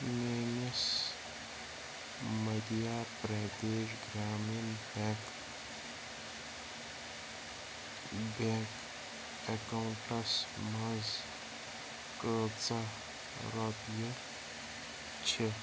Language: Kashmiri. میٲنِس Madhya Pradesh Gramin bank bank accounts منٛز کۭژاہ رۄپیہِ چھِ